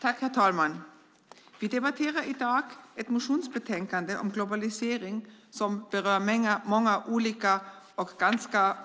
Herr talman! Vi debatterar i dag ett motionsbetänkande om globalisering som berör många olika och ganska